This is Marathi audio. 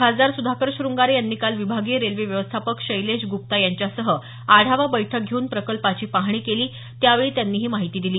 खासदार सुधाकर शुंगारे यांनी काल विभागीय रेल्वे व्यवस्थापक शैलेश गुप्ता यांच्यासह आढावा बैठक घेवून प्रकल्पाची पाहणी केली त्यावेळी त्यांनी ही माहिती दिली